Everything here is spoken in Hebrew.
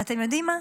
ואתם יודעים מה?